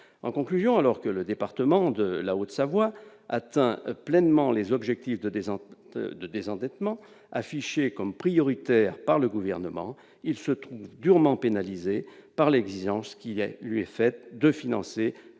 En conclusion, alors que le département de la Haute-Savoie atteint pleinement les objectifs de désendettement affichés comme prioritaires par le Gouvernement, il se trouve durement pénalisé par l'exigence qui est lui est faite de financer